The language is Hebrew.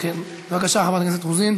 חברת הכנסת רוזין,